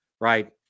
right